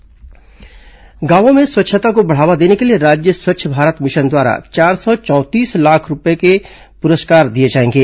स्वच्छता पुरस्कार गांवों में स्वच्छता को बढ़ावा देने के लिए राज्य स्वच्छ भारत मिशन द्वारा चार करोड़ चौंतीस लाख रूपये के पुरस्कार दिए जाएंगे